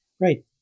Right